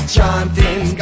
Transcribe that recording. Chanting